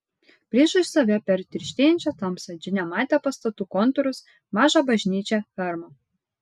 priešais save per tirštėjančią tamsą džinė matė pastatų kontūrus mažą bažnyčią fermą